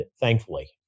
thankfully